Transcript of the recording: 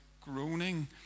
groaning